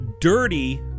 dirty